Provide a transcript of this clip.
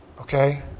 Okay